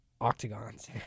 octagons